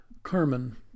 Carmen